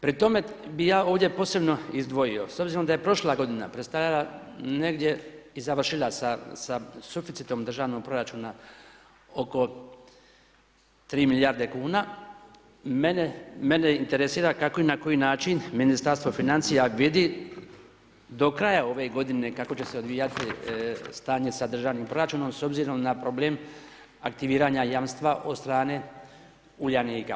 Pri tome bih ja ovdje posebno izdvojio s obzirom da je prošla godina predstavljala negdje i završila sa suficitom državnog proračuna oko 3 milijarde kuna mene, mene interesira kako i na koji način Ministarstvo financija vidi do kraja ove godine kako će se odvijati stanje sa državnim proračunom s obzirom na problem aktiviranja jamstva od strane Uljanika.